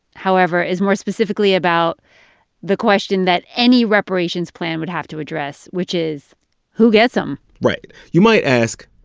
however, is more specifically about the question that any reparations plan would have to address, which is who gets them right. you might ask,